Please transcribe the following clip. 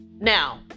Now